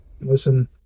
Listen